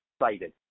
excited